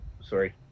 Sorry